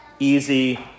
Easy